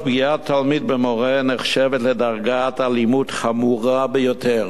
פגיעת תלמיד במורה נחשבת לדרגת אלימות חמורה ביותר